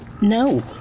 No